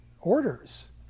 orders